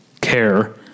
care